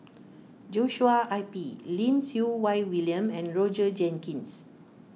Joshua Ip Lim Siew Wai William and Roger Jenkins